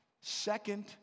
second